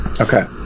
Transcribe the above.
Okay